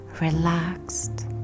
relaxed